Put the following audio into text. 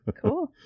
Cool